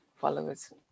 followers